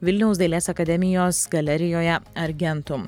vilniaus dailės akademijos galerijoje argentum